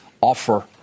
offer